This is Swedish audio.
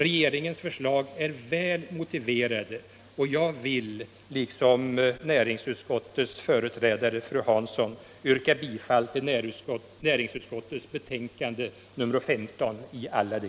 Regeringens förslag är väl motiverade.